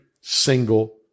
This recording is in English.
single